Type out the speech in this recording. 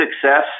success